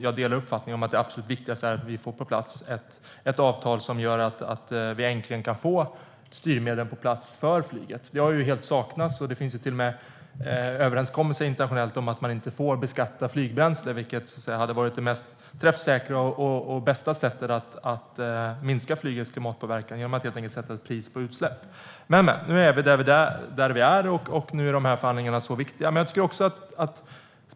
Jag delar uppfattningen att det absolut viktigaste är att vi får till stånd ett avtal som gör att vi äntligen kan få styrmedlen för flyget på plats. De har saknats helt. Det finns till och med internationella överenskommelser om att man inte får beskatta flygbränsle, vilket hade varit det träffsäkraste och bästa sättet att minska flygets klimatpåverkan; man sätter då helt enkelt ett pris på utsläpp. Men nu är vi där vi är, och de här förhandlingarna är mycket viktiga.